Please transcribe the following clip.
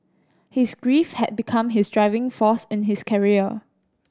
his grief had become his driving force in his career